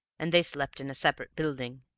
and they slept in a separate building.